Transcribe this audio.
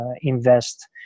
invest